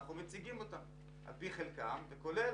אנחנו מציגים אותם על פי חלקם וכולל